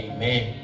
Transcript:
Amen